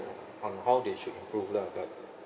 on how they should improve lah but